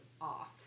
off